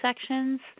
sections